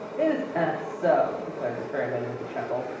is that so! declared the ferryman with a chuckle.